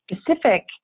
specific